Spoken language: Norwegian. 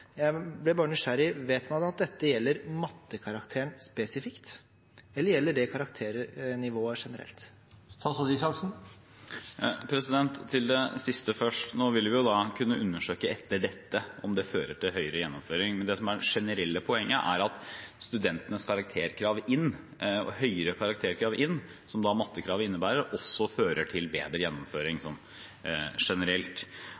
Jeg ble bare nysgjerrig: Vet man at dette gjelder mattekarakterer spesifikt, eller gjelder det karakternivået generelt? Til det siste først: Nå vil vi jo kunne undersøke – etter dette – om det fører til høyere gjennomføring. Men det som er poenget, er at studentenes høyere karakterkrav inn, som mattekravet innebærer, også fører til bedre gjennomføring generelt.